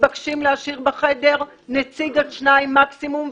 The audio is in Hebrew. מתבקשים להשאיר בחדר נציג עד שניים מקסימום,